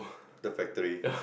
the factory